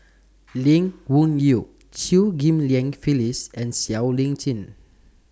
Lee Wung Yew Chew Ghim Lian Phyllis and Siow Lee Chin